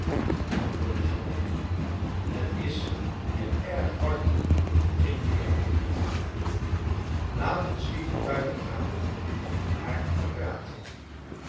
antwoordde jérôme het is hier erg warm ging de heer voort laat ons liever buiten gaan om daar te praten